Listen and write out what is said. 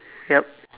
yup